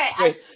okay